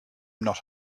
not